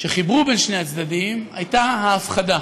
שחיברו בין שני הצדדים היו ההפחדה: